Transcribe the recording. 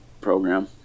program